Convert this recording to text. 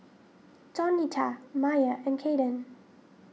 Donita Myer and Kayden